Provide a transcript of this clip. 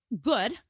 good